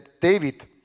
David